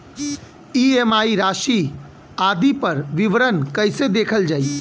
EMI राशि आदि पर विवरण कैसे देखल जाइ?